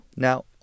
Now